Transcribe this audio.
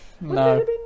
No